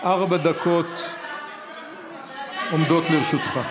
ארבע דקות עומדות לרשותך.